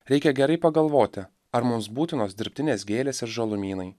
reikia gerai pagalvoti ar mums būtinos dirbtinės gėlės ir žalumynai